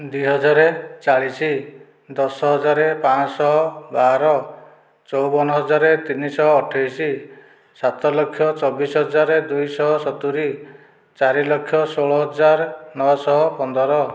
ଦୁଇ ହଜାର ଚାଳିଶ ଦଶହଜାର ପାଞ୍ଚଶହ ବାର ଚଉବନ ହଜାର ତିନିଶହ ଅଠେଇଶ ସାତଲକ୍ଷ ଚବିଶ ହଜାର ଦୁଇଶହ ସତୁରି ଚାରିଲକ୍ଷ ଷୋହଳ ହଜାର ନଅଶହ ପନ୍ଦର